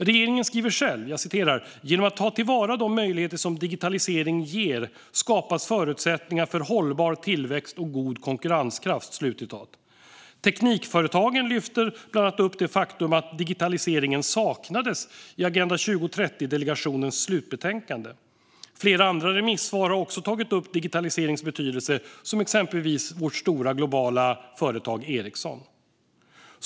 Regeringen skriver själv: "Genom att ta tillvara de möjligheter som digitalisering ger skapas förutsättningar för hållbar till växt och god konkurrenskraft." Teknikföretagen lyfter bland annat upp det faktum att digitaliseringen saknades i Agenda 2030-delegationens slutbetänkande. Flera andra remissvar har också tagit upp digitaliseringens betydelse, exempelvis vårt stora, globala företag Ericsson.